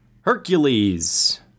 Hercules